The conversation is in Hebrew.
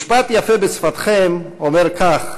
משפט יפה בשפתכם אומר כך: